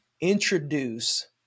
introduce